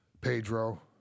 Pedro